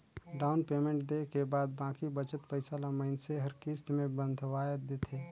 down payment देय के बाद बाकी बचत पइसा ल मइनसे हर किस्त में बंधवाए देथे